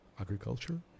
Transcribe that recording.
agriculture